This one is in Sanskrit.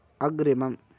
अग्रिमम्